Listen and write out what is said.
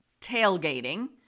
tailgating